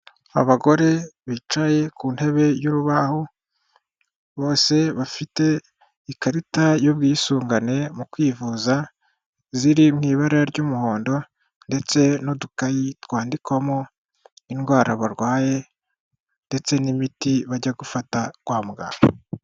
Abagore bicaye ku ntebe y'urubaho bose bafite ikarita y'ubwisungane mu kwivuza ziri mu ibara ry'umuhondo ndetse n'udukayi twandikwamo indwara barwaye ndetse n'imiti bajya gufata kwa muganga.